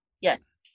yes